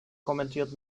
kommentiert